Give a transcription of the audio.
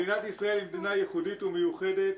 מדינת ישראל היא מדינה ייחודית ומיוחדת,